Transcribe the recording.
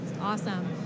awesome